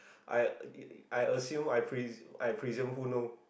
I I assume I presume I presume who know